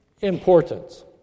importance